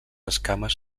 escames